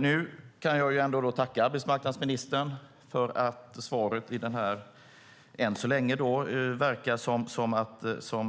Nu kan jag ändå tacka arbetsmarknadsministern för att det i svaret verkar som att det än så